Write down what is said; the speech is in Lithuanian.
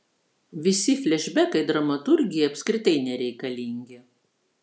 visi flešbekai dramaturgijai apskritai nereikalingi